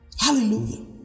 Hallelujah